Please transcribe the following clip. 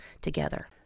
together